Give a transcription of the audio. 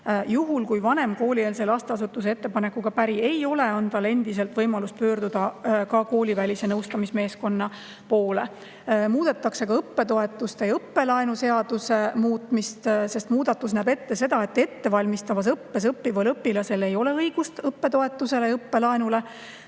Juhul kui vanem koolieelse lasteasutuse ettepanekuga päri ei ole, on tal endiselt võimalus pöörduda koolivälise nõustamismeeskonna poole. Muudetakse ka õppetoetuste ja õppelaenu seadust. Muudatus näeb ette seda, et ettevalmistavas õppes õppival õpilasel ei ole õigust õppetoetusele ja õppelaenule,